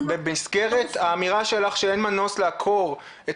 במסגרת האמירה שלך שאין מנוס לעקור את